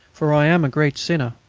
for i am a great sinner.